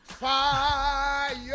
fire